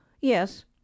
Yes